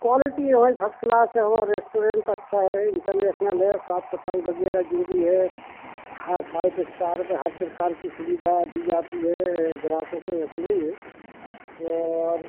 quality हमारी first class है हमारा रेस्टोरेंट अच्छा है इन्टरनेसनल है साफ सफाई वगैरह जो भी है हाँ फाइव अस्टार में हर प्रकार की सुविधा दी जाती है ग्राहकों को ऐसा नहीं है ओर